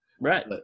Right